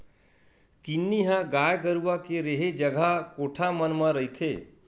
किन्नी ह गाय गरुवा के रेहे जगा कोठा मन म रहिथे